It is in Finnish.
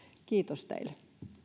kiitos teille